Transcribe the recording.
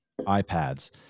iPads